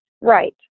Right